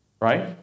right